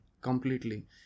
completely